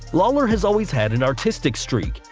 lawler has always had an artistic streak,